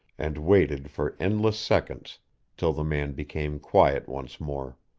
and waited for endless seconds till the man became quiet once more.